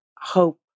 hope